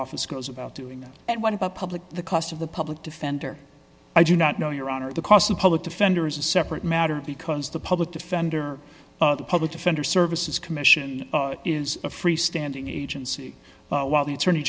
office goes about doing that and what about public the cost of the public defender i do not know your honor the cost of public defender is a separate matter because the public defender the public defender services commission is a freestanding agency while the attorney